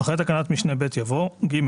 אחרי תקנת משנה (ב) יבוא "(ג)